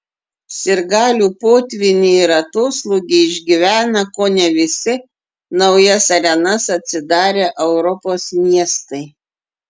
sirgalių potvynį ir atoslūgį išgyvena kone visi naujas arenas atsidarę europos miestai